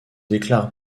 déclare